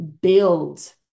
build